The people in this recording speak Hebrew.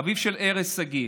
אביו של ארז שגיא,